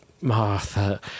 Martha